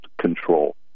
control